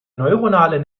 neuronale